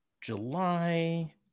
July